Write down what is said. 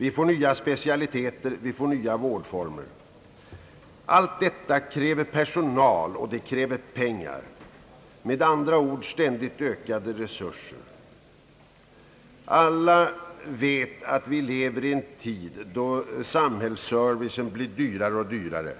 Vi får nya specialiteter, vi får nya vårdformer. Allt detta kräver personal, och det kräver pengar; med andra ord ständigt ökade resurser. Alla vet att vi lever i en tid då samhällsservicen blir dyrare och dyrare.